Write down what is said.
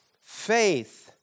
faith